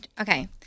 Okay